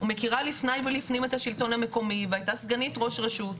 ומכירה לפני ולפנים את השלטון המקומי והייתה סגנית ראש רשות.